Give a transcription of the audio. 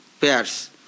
pairs